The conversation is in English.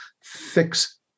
fix